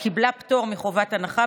היא קיבלה פטור מחובת הנחה,